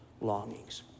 Longings